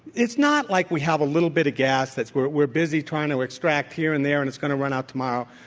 it's not like we have a little bit of gas that we're we're busy trying to extract here and there, and it's going to run out tomorrow.